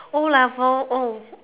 o-levels oh